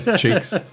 cheeks